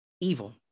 evil